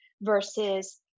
versus